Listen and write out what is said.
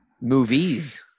movies